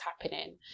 happening